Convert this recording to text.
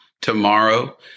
Tomorrow